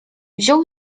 wziął